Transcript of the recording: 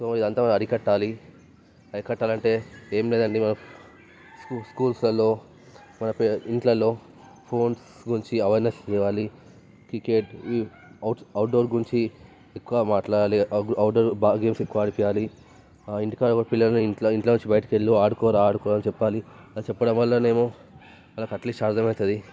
so ఇదంతా మనం అరికట్టాలి అరికట్టాలి అంటే ఏం లేదండి మనం స్కూల్స్లలో మన పే ఇళ్ళలో ఫోన్స్ గురించి అవైర్నెస్ ఇవ్వాలి క్రికెట్ అవుట్ అవుట్డోర్స్ గురించి ఎక్కువ మాట్లాడాలి అవుట్ అవుట్డోర్స్ బాగా ఎక్కువ గేమ్స్ ఆడిపించాలి ఇంటికాడ ఉన్న పిల్లలని ఇంట్లో ఇంట్లోనుంచి బయటకి వెళ్ళు ఆడుకో ఆడుకోరా అని చెప్పాలి అలా చెప్పడం వల్లనేమో వాళ్ళకి అట్లీస్ట్ అర్థం అవుతుంది